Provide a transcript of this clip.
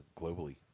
globally